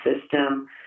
system